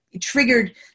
triggered